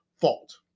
fault